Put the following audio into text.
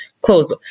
close